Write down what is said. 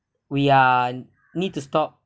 we are need to stop